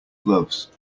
gloves